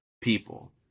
people